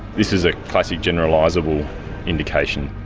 this is a classic generalisable indication.